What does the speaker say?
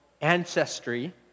ancestry